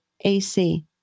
AC